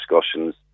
discussions